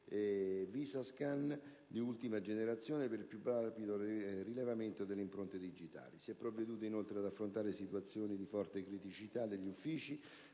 *visascan* di ultima generazione, per il più rapido rilevamento delle impronte digitali. Si è provveduto, inoltre, ad affrontare situazioni di forte criticità degli uffici